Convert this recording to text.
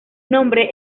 nombre